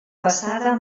passada